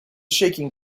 shaking